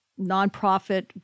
nonprofit